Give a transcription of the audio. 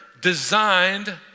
designed